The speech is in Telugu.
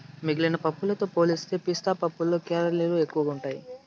మిగిలిన పప్పులతో పోలిస్తే పిస్తా పప్పులో కేలరీలు ఎక్కువగా ఉంటాయి